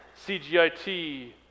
CGIT